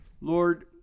Lord